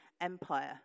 Empire